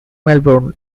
melbourne